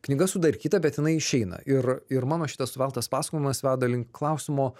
knyga sudarkyta bet jinai išeina ir ir mano šitas suveltas pasakojimas veda link klausimo